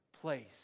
place